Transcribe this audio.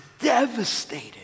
devastated